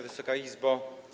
Wysoka Izbo!